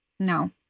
No